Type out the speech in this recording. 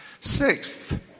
Sixth